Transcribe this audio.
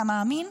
אתה מאמין?